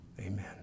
Amen